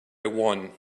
one